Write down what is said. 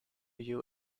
you